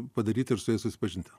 padaryti ir su jais susipažinti